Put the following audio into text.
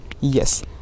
Yes